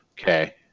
Okay